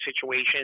situation